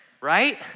right